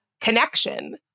connection